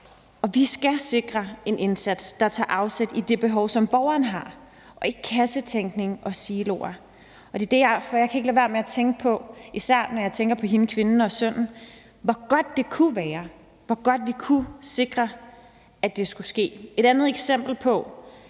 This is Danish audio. Og vi skal sikre en indsats, der tager afsæt i det behov, som borgeren har, og ikke i silo- og kassetænkning. Derfor kan jeg ikke lade være med at tænke på, især når jeg tænker på den kvinde og hendes søn, hvor godt det kunne være, og hvor godt vi kunne sikre, at det skete. Et andet eksempel på